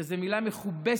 שזו מילה מכובסת